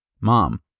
Mom